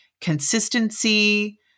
consistency